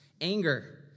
anger